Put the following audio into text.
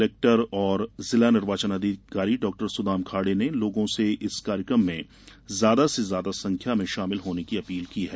collector और जिला निर्वाचन अधिकारी डॉ सुदाम खाडे ने लोगों से इस कार्यक्रम में ज्यादा से ज्यादा सख्या में शामिल होने की अपील की है